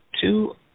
Two